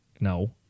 no